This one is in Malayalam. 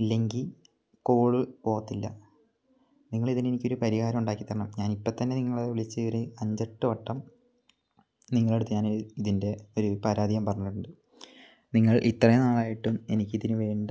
ഇല്ലെങ്കിൽ കോള് പോവത്തില്ല നിങ്ങൾ ഇതിൻ എനിക്കൊരു പരിഹാരം ഉണ്ടാക്കി തരണം ഞാൻ ഇപ്പം തന്നെ നിങ്ങളെ വിളിച്ച് ഒരു അഞ്ച് എട്ട് വട്ടം നിങ്ങൾ അടുത്ത് ഞൻ ഇതിൻ്റെ ഒരു പരാതി ഞാൻ പറഞ്ഞിട്ടുണ്ട് നിങ്ങൾ ഇത്രേ നാളായിട്ടും എനിക്കിതിന് വേണ്ട